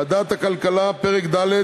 ועדת הכלכלה: פרק ד',